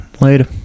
Later